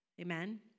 amen